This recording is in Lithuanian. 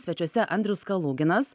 svečiuose andrius kaluginas